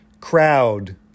crowd